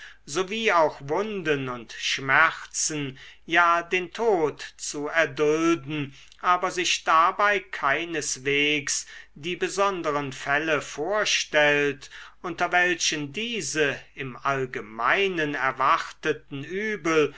sowie auch wunden und schmerzen ja den tod zu erdulden aber sich dabei keineswegs die besonderen fälle vorstellt unter welchen diese im allgemeinen erwarteten übel